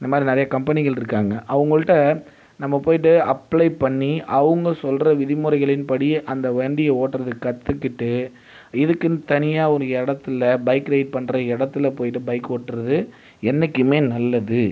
இந்த மாதிரி நிறைய கம்பெனிகள் இருக்காங்க அவங்க கிட்ட நம்ம போயிட்டு அப்ளை பண்ணி அவங்க சொல்கிற விதிமுறைகளின் படி அந்த வண்டியை ஓட்டுறது கத்துக்கிட்டு இதுக்குன்னு தனியா ஒரு இடத்தில் பைக் ரேட் பண்ணுற இடத்தில் போயிட்டு பைக் ஓட்டுறது என்னைக்குமே நல்லது